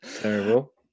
Terrible